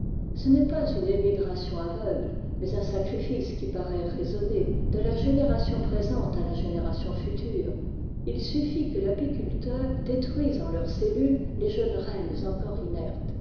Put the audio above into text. ce n'est pas une émigration aveugle mais un sacrifice qui paraît raisonné de la génération présente à la génération future il syffit que l'apiculteur détruise en leurs cellules les jeunes reines encore inertes